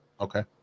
okay